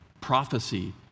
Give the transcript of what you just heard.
prophecy